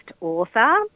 author